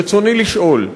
רצוני לשאול: